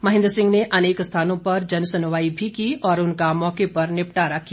महेन्द्र सिंह ने अनेक स्थानों पर जन सुनवाई भी की और उनका मौके पर निपटारा किया